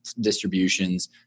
distributions